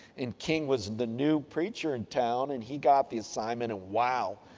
and, king was the new preacher in town and he got the assignment. and, wow,